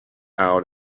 out